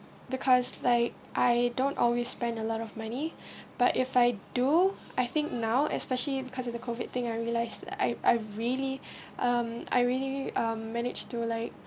because like I don't always spend a lot of money but if I do I think now especially because of the COVID thing I realised I really um I really um manage to like